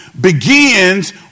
begins